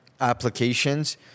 applications